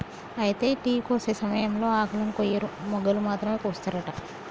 అయితే టీ కోసే సమయంలో ఆకులను కొయ్యరు మొగ్గలు మాత్రమే కోస్తారట